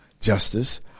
justice